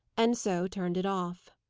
and so turned it off.